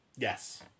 Yes